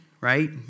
right